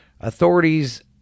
Authorities